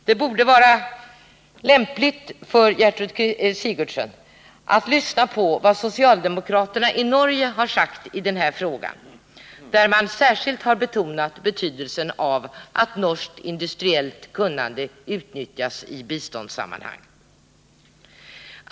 Det borde vara lämpligt för Gertrud Sigurdsen att lyssna på vad socialdemokraterna i Norge har sagt i denna fråga. De har särskilt betonat betydelsen av att norskt industriellt kunnande utnyttjas i biståndssammanhang.